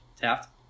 Taft